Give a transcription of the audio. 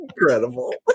incredible